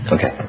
Okay